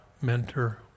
mentor